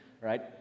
right